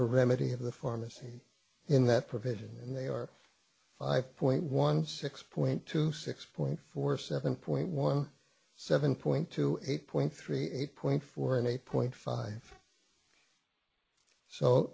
remedy of the pharmacy in that provision and they are five point one six point two six point four seven point one seven point two eight point three eight point four and eight point five so